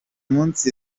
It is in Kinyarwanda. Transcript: munsi